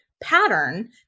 pattern